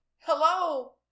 Hello